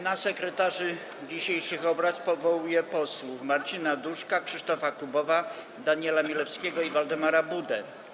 Na sekretarzy dzisiejszych obrad powołuję posłów Marcina Duszka, Krzysztofa Kubowa, Daniela Milewskiego i Waldemara Budę.